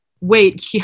wait